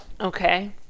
Okay